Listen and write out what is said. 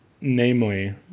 namely